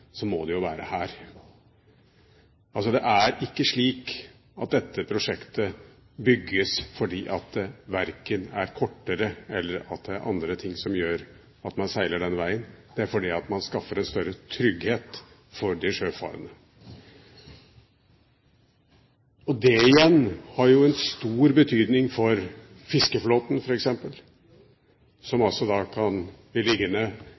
så må det jo være her. Det er ikke slik at dette prosjektet bygges fordi det blir kortere avstand, eller det er andre ting som gjør at man seiler den veien, men fordi det blir større trygghet for de sjøfarende. Det igjen har jo stor betydning for fiskeflåten som f.eks. kan bli liggende